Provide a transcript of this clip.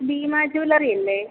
Bima ജ്യുലറിയല്ലെ